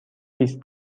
بیست